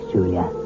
Julia